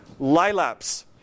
Lilaps